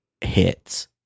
hits